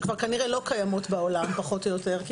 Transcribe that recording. שכבר כנראה לא קיימות בעולם פחות או יותר כי